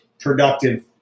productive